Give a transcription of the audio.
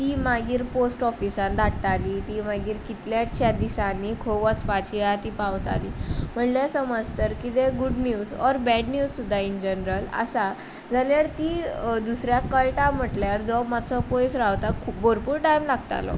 ती मागीर पोस्ट ऑफिसां धाडटालीं तीं मागीर कितल्याश्याच दिसांनी खंय वचपाची आसा तीं पावतालीं म्हटल्यार समज जर कितें good news or bad news सुद्दां इन जनरल आसा जाल्यार ती दुसऱ्याक कयटा म्हटल्यार जो मातसो पयस रावतालो भोरपूर टायम लागतालो